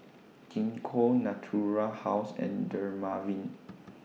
Gingko Natura House and Dermaveen